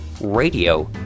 radio